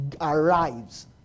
arrives